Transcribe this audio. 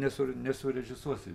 nesu nesurežisuosi